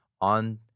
on